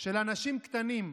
של אנשים קטנים,